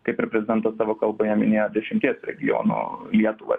kaip ir prezidentas savo kalboje minėjo dešimties regionų lietuvą